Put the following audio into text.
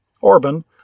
Orban